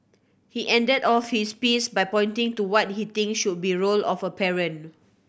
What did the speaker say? he ended off his piece by pointing to what he thinks should be role of a parent